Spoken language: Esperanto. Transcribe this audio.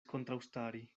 kontraŭstari